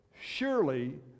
Surely